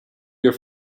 your